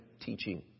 teaching